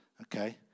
Okay